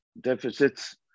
Deficits